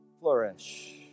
flourish